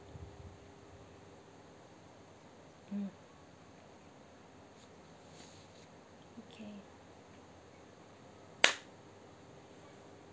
mm okay